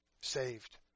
Saved